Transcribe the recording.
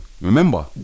remember